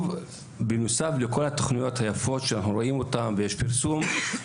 בנוסף לכל התוכניות היפות שאנחנו רואים ויש פרסום עליהן,